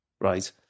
right